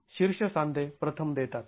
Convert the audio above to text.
तर शीर्ष सांधे प्रथम देतात